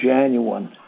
genuine